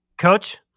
coach